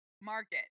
market